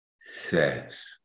says